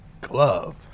Glove